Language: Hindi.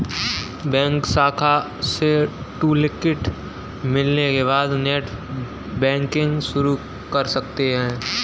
बैंक शाखा से टूलकिट मिलने के बाद नेटबैंकिंग शुरू कर सकते है